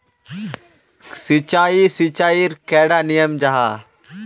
सिंचाई सिंचाईर कैडा नियम जाहा?